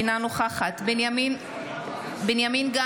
אינה נוכחת בנימין גנץ,